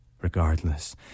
Regardless